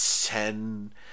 ten